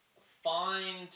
Find